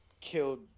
killed